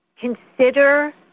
consider